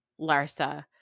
Larsa